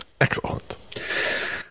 Excellent